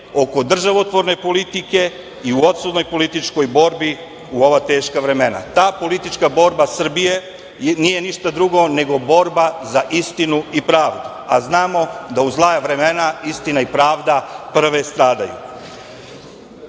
oko državotvorne politike i u odsutnoj političkoj borbi u ova teška vremena. Ta politička borba Srbije nije ništa drugo, nego borba za istinu i pravdu, a znamo da u zla vremena istina i pravda prve stradaju. Danas